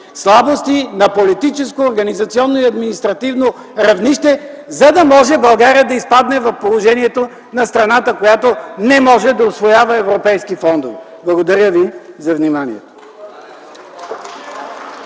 слабости на политическо, организационно и административно равнище, за да може България да изпадне в положението на страна, която не може да усвоява европейски фондове. Благодаря ви за вниманието.